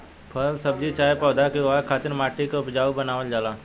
फल सब्जी चाहे पौधा के उगावे खातिर माटी के उपजाऊ बनावल जाला